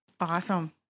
Awesome